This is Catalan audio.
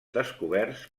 descoberts